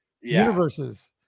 universes